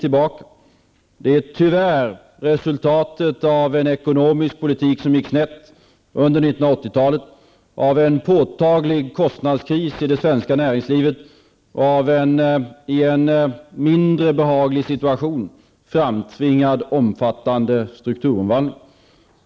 Krisen är tyvärr resultatet av en ekonomisk politik som gick snett under 80-talet, av en påtaglig kostnadskris i det svenska näringslivet och av en i en mindre behaglig situation framtvingad omfattande strukturomvandling.